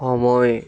সময়